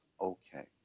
okay